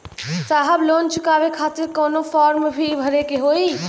साहब लोन चुकावे खातिर कवनो फार्म भी भरे के होइ?